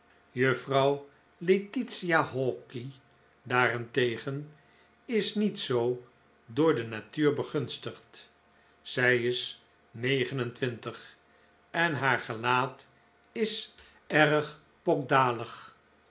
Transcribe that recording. juffrouw letitia hawky daarentegen is niet zoo door de natuur begunstigd zij is negen en twintig en haar gelaat is erg